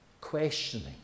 Questioning